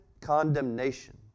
condemnation